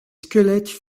squelettes